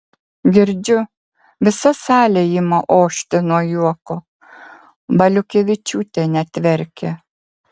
girdžiu visa salė ima ošti nuo juoko valiukevičiūtė net verkia